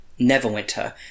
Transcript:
Neverwinter